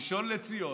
הראשון לציון,